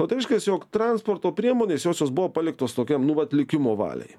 o tai reiškias jog transporto priemonės josios buvo paliktos tokiam nu vat likimo valiai